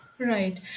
Right